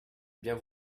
bien